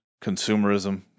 consumerism